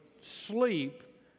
sleep